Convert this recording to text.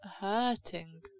hurting